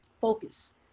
focus